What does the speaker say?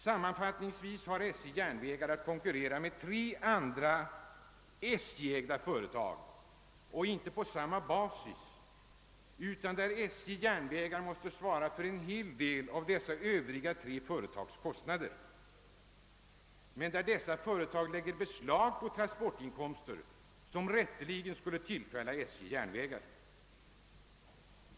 Sammanfattningsvis kan sägas att SJ:s järnvägslinjer har att konkurrera med tre andra SJ-ägda företag, och inte på samma villkor, utan SJ:s järnvägslinjer måste svara för en hel del av dessa övriga företags kostnader, medan dessa företag lägger beslag på transportinkomster som rätteligen borde tillfalla järnvägslinjerna.